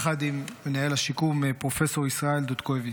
יחד עם מנהל השיקום פרופ' ישראל דודקביץ'.